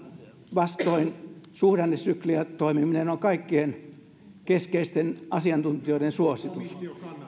vastoin suhdannesykliä toimiminen on kaikkien keskeisten asiantuntijoiden suositus